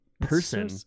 person